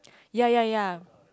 ya ya ya